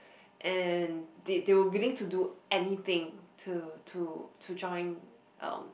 and they they were willing to do anything to to to join um